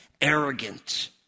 arrogant